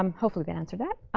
um hopefully that answered that.